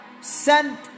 sent